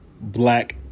black